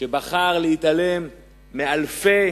שבחר להתעלם מאלפי,